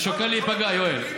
תראה לי את התקנון.